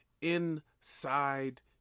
inside